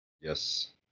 Yes